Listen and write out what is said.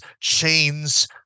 chains